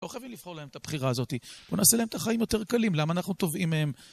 לא חייבים לבחור להם את הבחירה הזאת, בוא נעשה להם את החיים יותר קלים, למה אנחנו תובעים מהם?